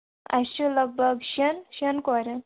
اَسہِ چھُ لگ بھگ شیٚن شیٚن کورٮ۪ن